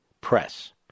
press